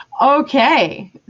okay